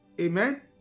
Amen